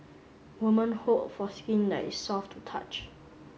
woman hope for skin that is soft to touch